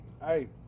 hey